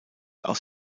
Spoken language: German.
aus